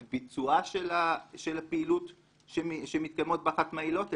ביצועה של הפעילות שמתקיימות בה אחת מהעילות,